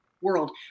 world